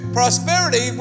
prosperity